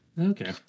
okay